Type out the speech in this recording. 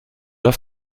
auf